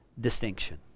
distinction